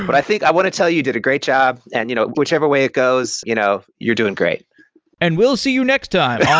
but i think, i want to tell you did a great job and you know whichever way it goes, you know you're doing great and we'll see you next time yeah